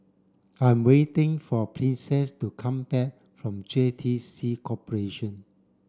I'm waiting for Princess to come back from J T C Corporation